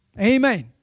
Amen